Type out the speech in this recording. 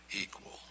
equal